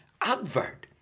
advert